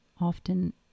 often